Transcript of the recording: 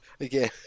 Again